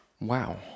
Wow